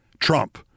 Trump